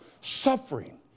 suffering